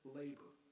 labor